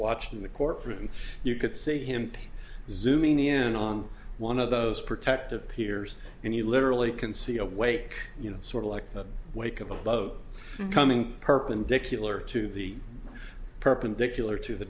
watching the courtroom you could see him zooming in on one of those protective peers and you literally can see a way you know sort of like the wake of a boat coming perpendicular to the perpendicular to the